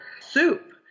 soup